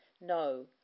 No